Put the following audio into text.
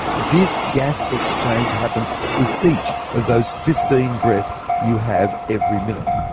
this gas exchange happens with each of those fifteen breaths you have every minute.